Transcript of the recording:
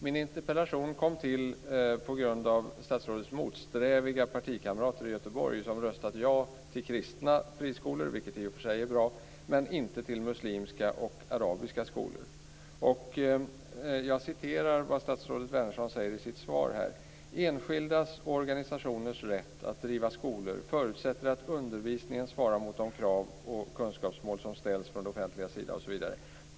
Min interpellation kom till på grund av statsrådets motsträviga partikamrater i Göteborg som röstat ja till kristna friskolor, vilket i och för sig är bra, men inte till muslimska och arabiska skolor. Jag citerar vad statsrådet Wärnersson säger i sitt svar: "Enskildas och organisationers rätt att grunda och driva skolor förutsätter att undervisningen svarar mot de krav och kunskapsmål som ställs från det offentligas sida.